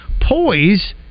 poise